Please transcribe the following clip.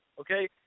okay